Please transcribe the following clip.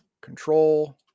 Control